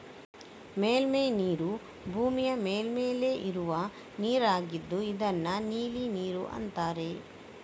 ಮೇಲ್ಮೈ ನೀರು ಭೂಮಿಯ ಮೇಲ್ಮೈ ಮೇಲೆ ಇರುವ ನೀರಾಗಿದ್ದು ಇದನ್ನ ನೀಲಿ ನೀರು ಅಂತಾರೆ